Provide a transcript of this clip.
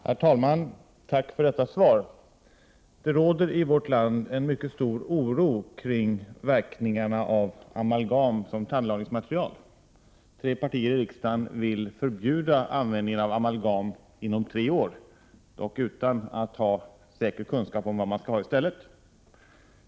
Herr talman! Tack för detta svar. Det råder i vårt land en mycket stor oro för verkningarna av amalgam som tandlagningsmaterial. Tre partier i riksdagen vill förbjuda användningen av amalgam inom tre år, dock utan att ha säker kunskap om vad man skall använda i stället.